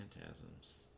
phantasms